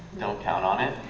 don't count on it.